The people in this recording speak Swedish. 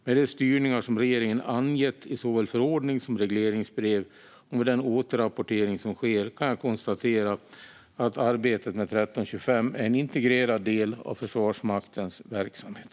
Med de styrningar som regeringen angett i såväl förordning som regleringsbrev och med den återrapportering som sker kan jag konstatera att arbetet med 1325 är en integrerad del av Försvarsmaktens verksamhet.